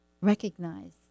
recognize